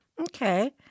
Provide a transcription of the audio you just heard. Okay